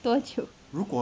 多久